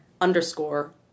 underscore